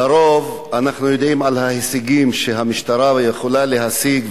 לרוב אנחנו יודעים על ההישגים שהמשטרה יכולה להשיג,